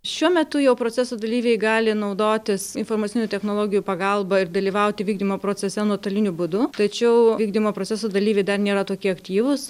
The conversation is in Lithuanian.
šiuo metu jau proceso dalyviai gali naudotis informacinių technologijų pagalba ir dalyvauti vykdymo procese nuotoliniu būdu tačiau vykdymo proceso dalyviai dar nėra tokie aktyvūs